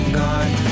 gone